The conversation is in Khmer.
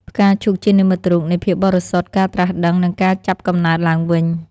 ផ្កាឈូកជានិមិត្តរូបនៃភាពបរិសុទ្ធ ការត្រាស់ដឹង និងការចាប់កំណើតឡើងវិញ។